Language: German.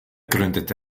gründete